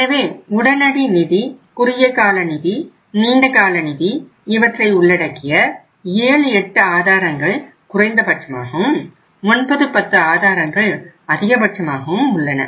எனவே உடனடி நிதி குறுகிய கால நிதி நீண்ட கால நிதி இவற்றை உள்ளடக்கிய 78 ஆதாரங்கள் குறைந்தபட்சமாகவும் 9 10 ஆதாரங்கள் அதிகபட்சமாகவும் உள்ளன